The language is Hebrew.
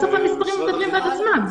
בסוף המספרים מדברים בעד עצמם,